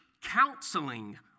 counseling